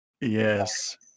Yes